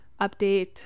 update